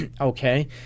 okay